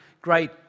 great